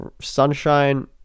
sunshine